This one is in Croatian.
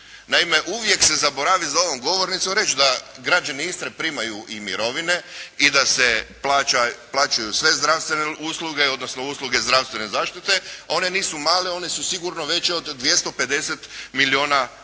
Naime uvijek se zaboravi za ovom govornicom reći da građani Istre primaju i mirovine i da se plaćaju sve zdravstvene usluge, odnosno usluge zdravstvene zaštite. One nisu male, one su sigurno veće od 250 milijuna kuna